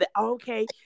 okay